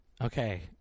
okay